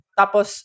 tapos